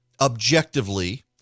objectively